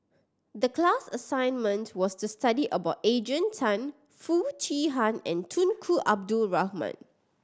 the class assignment was to study about Adrian Tan Foo Chee Han and Tunku Abdul Rahman